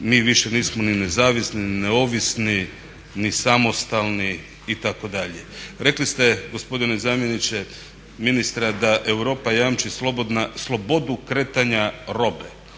mi više nismo ni nezavisni ni neovisni, ni samostalni itd.. Rekli ste gospodine zamjeniče ministra da Europa jamči slobodu kretanja robe.